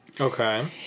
Okay